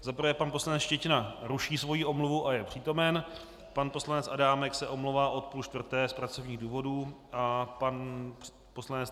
Za prvé, pan poslanec Štětina ruší svoji omluvu a je přítomen, pan poslanec Adámek se omlouvá od 15.30 z pracovních důvodů a pan poslanec